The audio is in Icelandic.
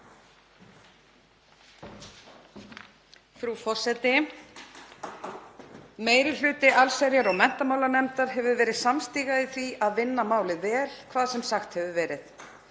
Frú forseti. Meiri hluti allsherjar- og menntamálanefndar hefur verið samstiga í því að vinna málið vel, hvað sem sagt hefur verið.